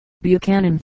Buchanan